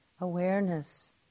awareness